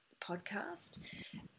podcast